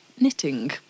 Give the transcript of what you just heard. knitting